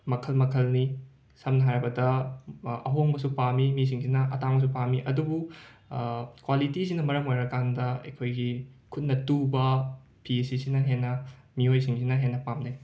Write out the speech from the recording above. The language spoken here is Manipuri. ꯃꯈꯜ ꯃꯈꯜꯅꯤ ꯁꯝꯅ ꯍꯥꯏꯔꯕꯗ ꯑꯍꯣꯡꯕꯁꯨ ꯄꯥꯝꯃꯤ ꯃꯤꯁꯤꯡꯁꯤꯅ ꯑꯇꯥꯡꯕꯁꯨ ꯄꯥꯝꯃꯤ ꯑꯗꯨꯕꯨ ꯀ꯭ꯋꯥꯂꯤꯇꯤꯁꯤꯅ ꯃꯔꯝ ꯑꯣꯏꯔꯀꯥꯟꯗ ꯑꯩꯈꯣꯏꯒꯤ ꯈꯨꯠꯅ ꯇꯨꯕ ꯐꯤꯁꯤꯁꯤꯅ ꯍꯦꯟꯅ ꯃꯤꯑꯣꯏꯁꯤꯡꯁꯤꯅ ꯍꯦꯟꯅ ꯄꯥꯝꯅꯩ